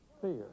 Fear